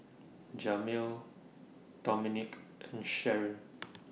Jamil Dominik and Sharron